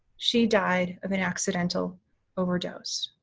she died of an accidental overdose.